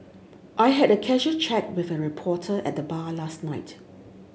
I had a casual chat with a reporter at the bar last night